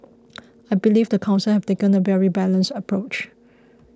I believe the Council has taken a very balanced approach